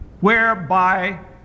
whereby